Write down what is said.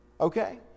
Okay